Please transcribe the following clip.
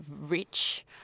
rich